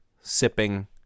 sipping